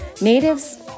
natives